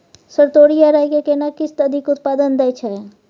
Sir तोरी आ राई के केना किस्म अधिक उत्पादन दैय छैय?